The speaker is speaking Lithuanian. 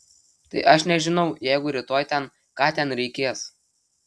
tai aš nežinau jeigu rytoj ten ką ten reikės